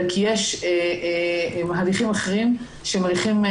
אלא כי יש הליכים אחרים שהם הליכים,